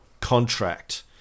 contract